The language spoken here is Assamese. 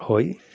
হয়